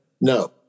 No